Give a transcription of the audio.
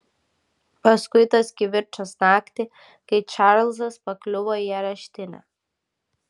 paskui tas kivirčas naktį kai čarlzas pakliuvo į areštinę